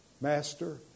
Master